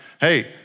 hey